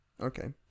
Okay